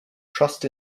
trust